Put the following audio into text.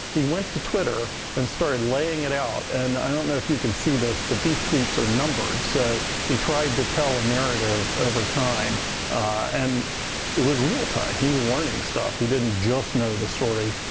he went on twitter and started laying it out and i don't know if you can see this, but these tweets are numbered. so he tried to tell a narrative over time and it was real time. he was learning stuff. he didn't just know the story.